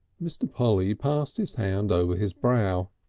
mr. polly passed his hand over his brow.